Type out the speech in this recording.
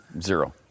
Zero